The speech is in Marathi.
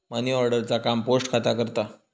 मनीऑर्डर चा काम पोस्ट खाता करता